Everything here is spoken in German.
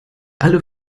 alle